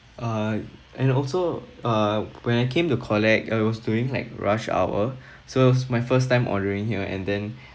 uh and also uh when I came to collect it was during like rush hour so it was my first time ordering here and